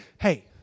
hey